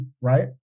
Right